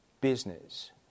business